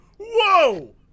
Whoa